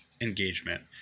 engagement